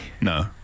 No